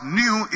new